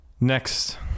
Next